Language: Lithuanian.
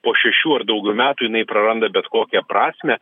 po šešių ar daugiau metų jinai praranda bet kokią prasmę